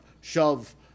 shove